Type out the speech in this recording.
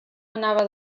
anava